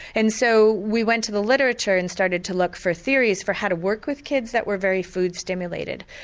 and so we went to the literature and started to look for theories for how to work with kids that were very food stimulated,